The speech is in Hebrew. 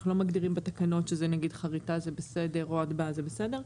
אנחנו לא מגדירים בתקנות שזה נגיד חריטה זה בסדר או הטבעה זה בסדר,